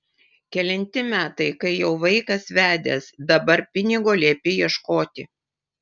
kelinti metai kai jau vaikas vedęs dabar pinigo liepi ieškoti